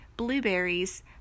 blueberries